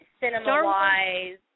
cinema-wise